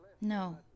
no